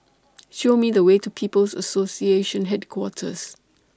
Show Me The Way to People's Association Headquarters